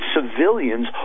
civilians